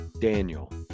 Daniel